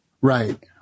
Right